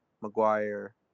Maguire